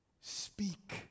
Speak